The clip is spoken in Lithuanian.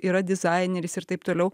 yra dizaineris ir taip toliau